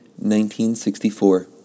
1964